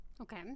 Okay